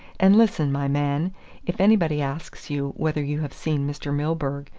and listen, my man if anybody asks you whether you have seen mr milburgh,